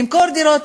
למכור דירות,